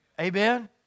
Amen